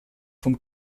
vom